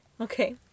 Okay